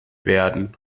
werden